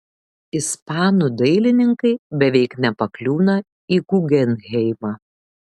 ispanų dailininkai beveik nepakliūna į gugenheimą